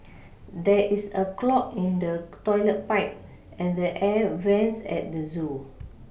there is a clog in the toilet pipe and the air vents at the zoo